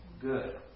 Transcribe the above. good